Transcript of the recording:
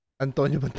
Antonio